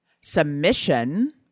Submission